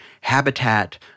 Habitat